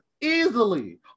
easily